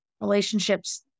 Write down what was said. relationships